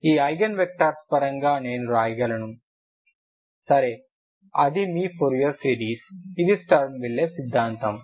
ఈ eigenvectors పరంగా నేను వ్రాయగలను సరే అది మీ ఫోరియర్ సిరీస్ ఇది స్టర్మ్ లియోవిల్లే సిద్ధాంతం